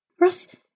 Russ